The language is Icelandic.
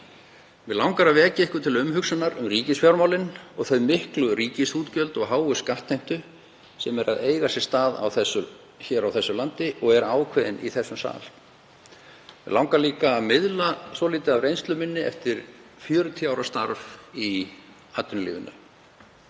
Mig langar að vekja ykkur til umhugsunar um ríkisfjármálin og þau miklu ríkisútgjöld og þá háu skattheimtu sem á sér stað á þessu landi og er ákveðin í þessum sal. Mig langar líka að miðla svolítið af reynslu minni eftir 40 ára starf í atvinnulífinu.